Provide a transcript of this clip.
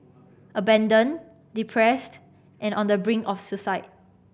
abandoned depressed and on the brink of suicide